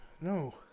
No